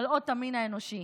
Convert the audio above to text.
חלאות המין האנושי.